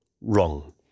wrong